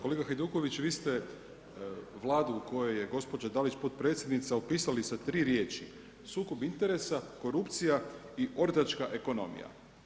Kolega Hajduković, vi ste Vladu u kojoj je gospođa Dalić potpredsjednica opisali sa 3 riječi, sukob interesa, korupcija i ortačka ekonomija.